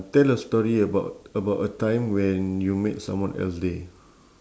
tell a story about about a time when you made someone else day